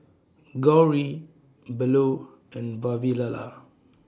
Gauri Bellur and Vavilala